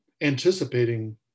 anticipating